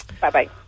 Bye-bye